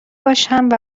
باشند